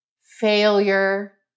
failure